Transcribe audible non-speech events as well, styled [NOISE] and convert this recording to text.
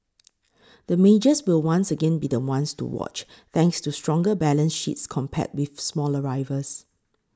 [NOISE] the majors will once again be the ones to watch thanks to stronger balance sheets compared with smaller rivals